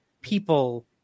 people